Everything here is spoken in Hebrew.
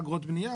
אגרות בנייה,